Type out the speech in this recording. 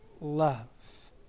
love